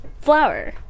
flower